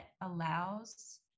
allows